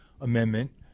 amendment